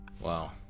Wow